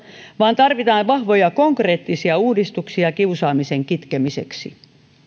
vaan tarvitaan vahvoja konkreettisia uudistuksia kiusaamisen kitkemiseksi